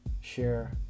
share